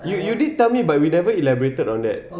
you you you did tell me but you never elaborated on that